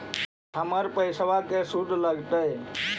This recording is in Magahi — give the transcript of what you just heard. हमर पैसाबा के शुद्ध लगतै?